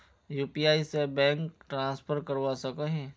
UPI से bank transfer करवा सकोहो ही?